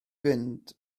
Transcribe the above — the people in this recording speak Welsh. fynd